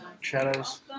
shadows